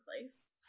place